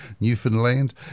Newfoundland